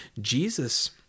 Jesus